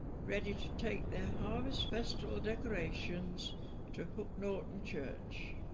ready to take their harvest festival decorations to hook norton church